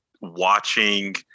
watching